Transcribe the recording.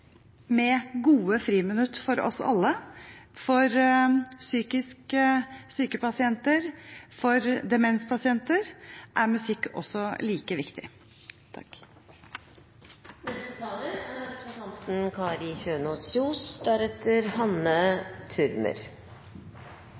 med gode friminutt for oss alle. For psykisk syke pasienter og for demenspasienter er musikk like viktig. I likhet med foregående taler